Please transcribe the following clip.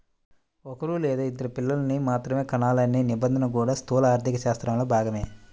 ఒక్కరూ లేదా ఇద్దరు పిల్లల్ని మాత్రమే కనాలనే నిబంధన కూడా స్థూల ఆర్థికశాస్త్రంలో భాగమే